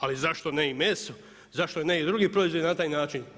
Ali zašto ne i meso, zašto ne i drugi proizvodi na taj način?